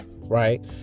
right